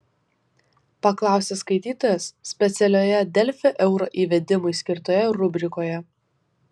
paklausė skaitytojas specialioje delfi euro įvedimui skirtoje rubrikoje